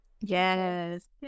Yes